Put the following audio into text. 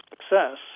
success